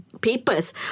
papers